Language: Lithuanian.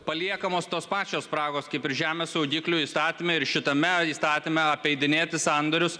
paliekamos tos pačios spragos kaip ir žemės saugiklių įstatyme ir šitame įstatyme apeidinėti sandorius